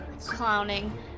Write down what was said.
Clowning